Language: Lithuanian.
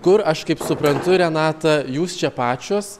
kur aš kaip suprantu renata jūs čia pačios